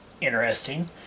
interesting